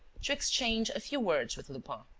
to exchange a few words with lupin.